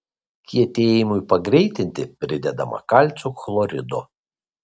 kietėjimui pagreitinti pridedama kalcio chlorido